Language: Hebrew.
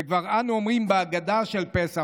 וכבר אנו אומרים בהגדה של פסח,